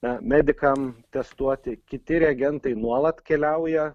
na medikam testuoti kiti regentai nuolat keliauja